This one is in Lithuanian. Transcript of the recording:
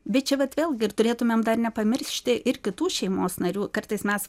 bet čia vat vėlgi ir turėtumėm nepamiršti ir kitų šeimos narių kartais mes